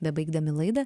bebaigdami laidą